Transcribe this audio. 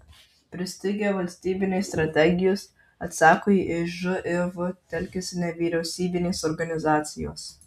pristigę valstybinės strategijos atsakui į živ telkiasi nevyriausybinės organizacijos